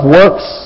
works